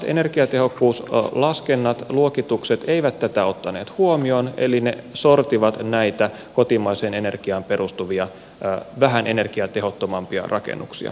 vanhat energiatehokkuuslaskennat luokitukset eivät tätä ottaneet huomioon eli ne sortivat näitä kotimaiseen energiaan perustuvia vähän energiatehottomampia rakennuksia